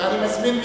אני מזמין,